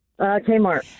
Kmart